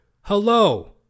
Hello